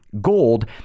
gold